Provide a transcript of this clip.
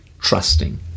trusting